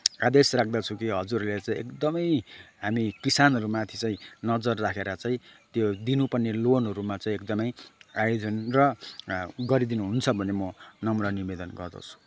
आदेश राख्दछु कि हजुरले चाहिँ एकदमै हामी किसानहरूमाथि चाहिँ नजर राखेर चाहिँ त्यो दिनुपर्ने लोनहरूमा चाहिँ एकदमै आयोजन र गरिदिनु हुन्छ भन्ने म नम्र निवेदन गर्दछु